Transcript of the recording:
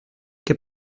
che